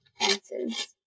answers